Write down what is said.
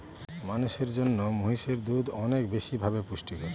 মানুষের জন্য মহিষের দুধ অনেক বেশি ভাবে পুষ্টিকর